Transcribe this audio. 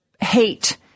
hate